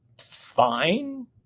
fine